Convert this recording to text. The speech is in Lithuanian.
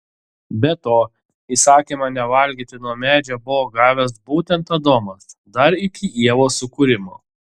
be to įsakymą nevalgyti nuo medžio buvo gavęs būtent adomas dar iki ievos sukūrimo